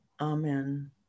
Amen